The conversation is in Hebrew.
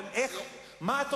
מה היתה